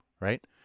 Right